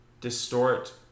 distort